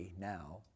now